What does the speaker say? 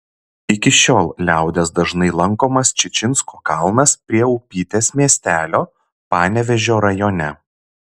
iki šiol liaudies dažnai lankomas čičinsko kalnas prie upytės miestelio panevėžio rajone